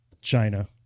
China